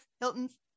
Hilton's